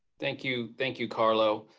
thank you. thank you, carlo.